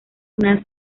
una